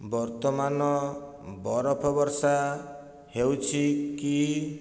ବର୍ତ୍ତମାନ ବରଫ ବର୍ଷା ହେଉଛି କି